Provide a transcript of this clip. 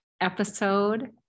episode